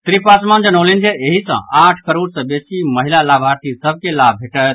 श्री पासवान जनौलनि जे एहि सँ आठ करोड़ सँ बेसी महिला लाभार्थी सभ के लाभ भेटत